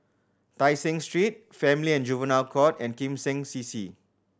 Tai Seng Street Family and Juvenile Court and Kim Seng C C